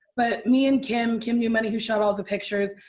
but me and kim, kim newmoney, who shot all the pictures,